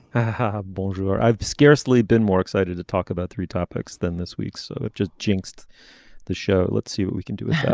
ah have. bolger i've scarcely been more excited to talk about three topics than this week's just jinxed the show. let's see what we can do. yeah